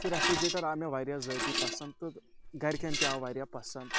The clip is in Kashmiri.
سُہ رٮ۪فرِجریٹَر آو مےٚ واریاہ ذٲتی پَسنٛد تہٕ گَرِکٮ۪ن تہِ آو واریاہ پَسنٛد